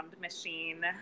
machine